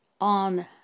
on